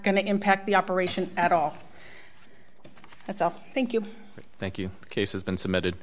going to impact the operation at all itself thank you thank you cases been submitted